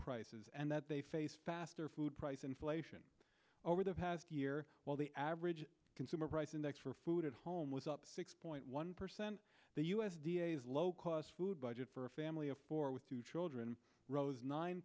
prices and that they face faster food price inflation over the past year while the average consumer price index for food at home was up six point one percent the u s d a s low cost food budget for a family of four with two children rose nine